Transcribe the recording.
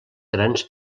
grans